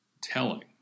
telling